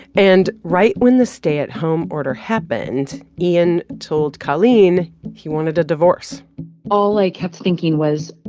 and right when the stay-at-home order happened, ian told colleen he wanted a divorce all i kept thinking was,